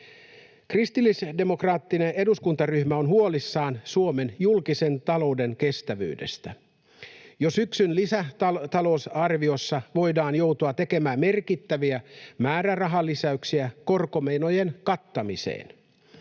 Kristillisdemokraattinen eduskuntaryhmä on huolissaan Suomen julkisen talouden kestävyydestä. Jo syksyn lisätalousarviossa voidaan joutua tekemään merkittäviä määrärahalisäyksiä korkomenojen kattamiseen.